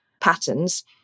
patterns